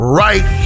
right